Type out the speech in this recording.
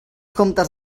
comptes